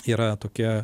yra tokie